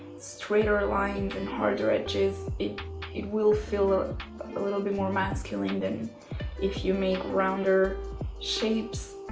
straighter lines and harder edges, it it will feel a little bit more masculine than if you make rounder shapes,